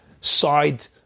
side